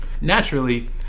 Naturally